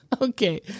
okay